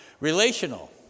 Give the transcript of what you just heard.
Relational